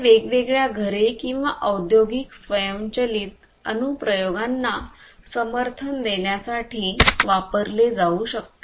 ते वेगवेगळ्या घरे किंवा औद्योगिक स्वयंचलित अनु प्रयोगांना समर्थन देण्यासाठी वापरले जाऊ शकते